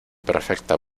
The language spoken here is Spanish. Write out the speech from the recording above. perfecta